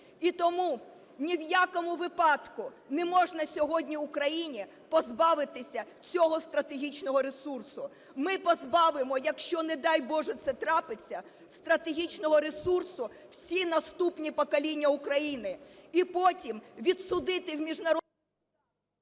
І тому ні в якому випадку не можна сьогодні Україні позбавитися цього стратегічного ресурсу. Ми позбавимо, якщо, не дай Боже, це трапиться, стратегічного ресурсу всі наступні покоління України. І потім відсудити в… ГОЛОВУЮЧИЙ. Дайте